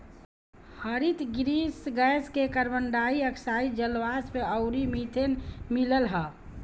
हरितगृह गैस में carbon dioxide, जलवाष्प अउरी मीथेन मिलल हअ